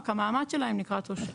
רק המעמד שלהם נקרא 'תושב'.